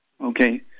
Okay